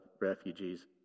refugees